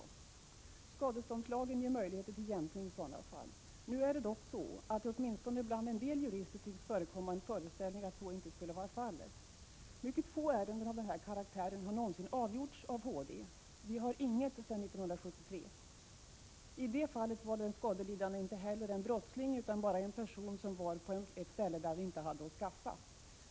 Skadeståndslagen ger möjlighet till jämkning i sådana fall. Nu tycks det dock åtminstone bland en del jurister förekomma en föreställning om att så inte skulle vara fallet. Mycket få ärenden av den här karaktären har någonsin avgjorts av HD. Vi har inget sedan 1973. I det fallet var den skadelidande inte heller en brottsling utan bara en person som var på ett ställe där han inte hade att skaffa.